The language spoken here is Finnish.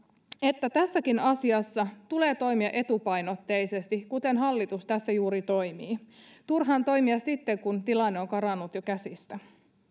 että tässäkin asiassa tulee toimia etupainotteisesti kuten hallitus tässä juuri toimii turha on toimia sitten kun tilanne on jo karannut käsistä